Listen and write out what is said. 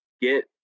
Get